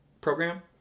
program